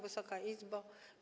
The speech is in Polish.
Wysoka Izbo!